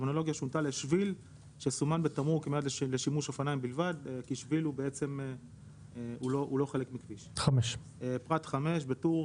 "בשביל שסומן בתמרור כמיועד לשימוש אופניים בלבד";" פרט 4 זה הולך